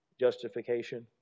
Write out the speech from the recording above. justification